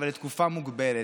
אבל לתקופה מוגבלת.